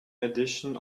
edition